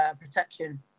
protection